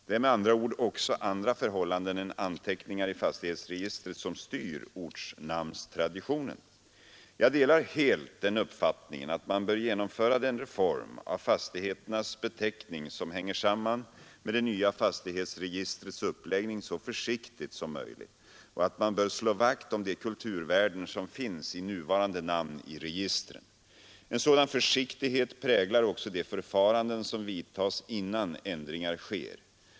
Det är med andra ord också andra förhållanden än anteckningar i fastighetsregistret som styr ortnamnstraditionen. Jag delar helt den uppfattningen att man bör genomföra den reform av fastigheternas beteckningar som hänger samman med det nya fastighetsregistrets uppläggning så försiktigt som möjligt och att man bör slå vakt om de kulturvärden som finns i nuvarande namn i registren. En sådan försiktighet präglar också de förfaranden som vidtas innan ändringar sker.